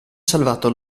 salvato